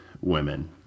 women